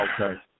okay